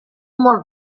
more